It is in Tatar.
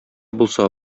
булса